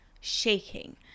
shaking